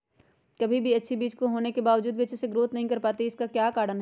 कभी बीज अच्छी होने के बावजूद भी अच्छे से नहीं ग्रोथ कर पाती इसका क्या कारण है?